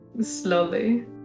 slowly